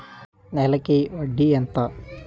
నెలకి వడ్డీ ఎంత?